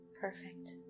perfect